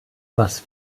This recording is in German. was